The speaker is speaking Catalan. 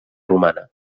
romana